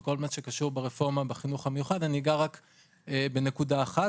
כל מה שקשור ברפורמה בחינוך המיוחד אגע בנקודה אחת,